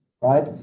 right